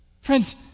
Friends